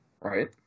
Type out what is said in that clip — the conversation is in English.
Right